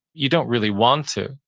you don't really want to.